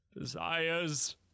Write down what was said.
desires